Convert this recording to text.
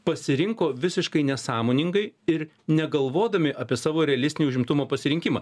pasirinko visiškai nesąmoningai ir negalvodami apie savo realistinį užimtumo pasirinkimą